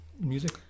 music